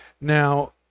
now